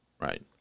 right